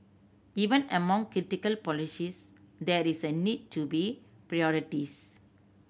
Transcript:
even among critical policies there is a need to be prioritise